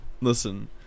listen